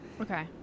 Okay